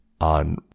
on